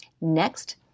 Next